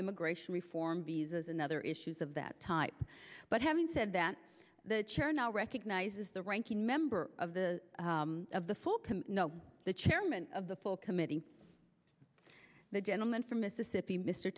immigration reform visas and other issues of that type but having said that the chair now recognizes the ranking member of the of the full can no the chairman of the full committee the gentleman from mississippi mr